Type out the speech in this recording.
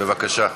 בבקשה.